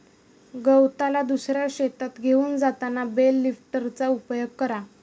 गवताला दुसऱ्या शेतात घेऊन जाताना बेल लिफ्टरचा उपयोग करा